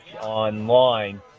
online